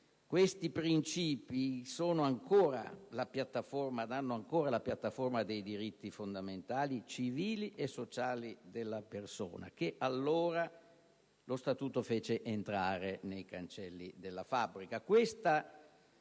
Questi principi sono ancora la piattaforma dei diritti fondamentali civili e sociali della persona che, allora, lo Statuto fece entrare nei cancelli della fabbrica.